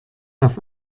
auf